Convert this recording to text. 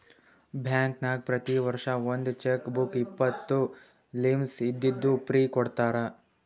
ಬ್ಯಾಂಕ್ನಾಗ್ ಪ್ರತಿ ವರ್ಷ ಒಂದ್ ಚೆಕ್ ಬುಕ್ ಇಪ್ಪತ್ತು ಲೀವ್ಸ್ ಇದ್ದಿದ್ದು ಫ್ರೀ ಕೊಡ್ತಾರ